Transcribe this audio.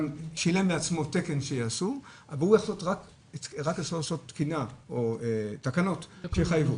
גם שילם בעצמו תקן שיעשו והוא יכול לעשות תקינה או תקנות שיחייבו,